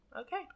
Okay